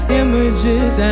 images